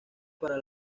para